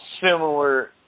Similar